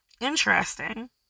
interesting